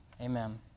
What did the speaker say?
Amen